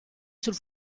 sul